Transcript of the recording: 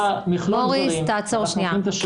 בסוף יש לך מכלול דברים ואנחנו נותנים את השירות.